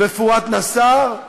ופוראת נסאר.